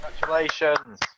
Congratulations